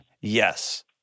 yes